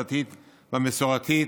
הדתית והמסורתית,